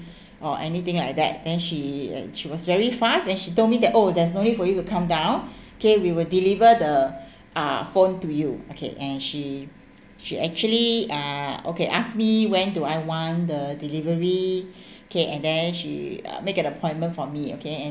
or anything like that then she uh she was very fast and she told me that oh there's no need for you to come down okay we will deliver the uh phone to you okay and she she actually uh okay asked me when do I want the delivery okay and then she uh make an appointment for me okay and